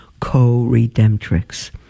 co-redemptrix